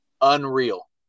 unreal